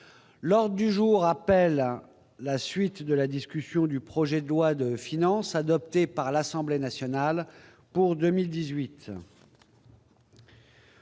L'ordre du jour appelle la suite de la discussion du projet de loi de finances pour 2018, adopté par l'Assemblée nationale (projet